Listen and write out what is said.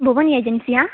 குகன் ஏஜென்சியா